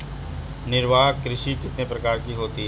निर्वाह कृषि कितने प्रकार की होती हैं?